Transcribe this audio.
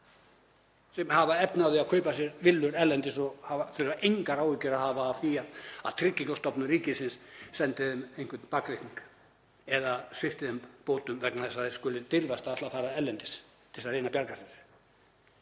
sem hafa efni á því að kaupa sér villur erlendis og þurfa engar áhyggjur að hafa af því að Tryggingastofnun ríkisins sendi þeim einhvern bakreikning eða svipti þá bótum vegna þess að þeir skuli dirfast að ætla að fara erlendis til að reyna að bjarga sér.